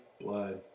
blood